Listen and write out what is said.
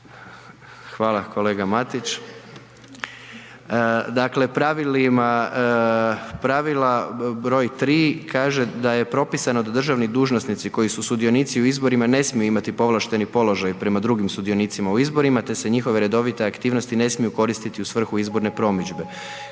Hvala kolega Matić.